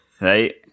Right